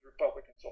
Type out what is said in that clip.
Republicans